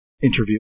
interview